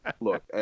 Look